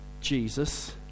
Jesus